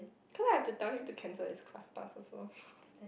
cause like I have to tell him to cancel his class pass also